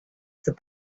the